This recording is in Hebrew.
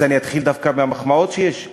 אז אני אתחיל דווקא מהמחמאות שיש.